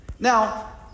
Now